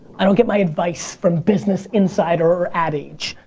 i don't get my advice from business insider adage,